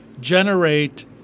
generate